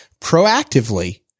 proactively